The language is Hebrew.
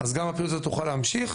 אז גם הפעילות הזאת תוכל להמשיך,